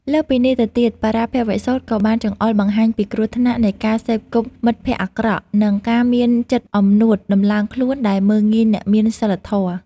លើសពីនេះទៅទៀត បរាភវសូត្រក៏បានចង្អុលបង្ហាញពីគ្រោះថ្នាក់នៃការសេពគប់មិត្តភក្តិអាក្រក់ និងការមានចិត្តអំនួតតម្កើងខ្លួនដែលមើលងាយអ្នកមានសីលធម៌។